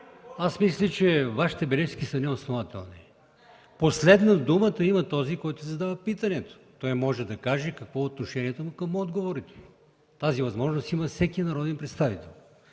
Мисля, че Вашите бележки са неоснователни. Последен думата има този, който задава питането – може да каже какво е отношението му към отговорите. Тази възможност има всеки народен представител.